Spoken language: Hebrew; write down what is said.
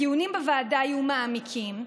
הדיונים בוועדה היו מעמיקים,